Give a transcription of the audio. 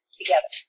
together